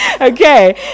okay